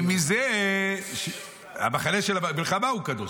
לומדים מזה, המחנה של המלחמה הוא קדוש.